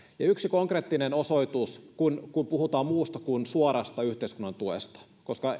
yksi konkreettinen osoitus kun kun puhutaan muusta kuin suorasta yhteiskunnan tuesta koska